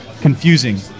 confusing